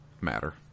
matter